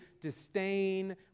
disdain